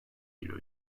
kilo